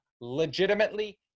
legitimately